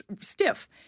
stiff